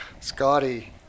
Scotty